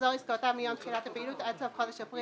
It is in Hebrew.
מחזור עסקאותיו מיום תחילת הפעילות עד סוף חודש אפריל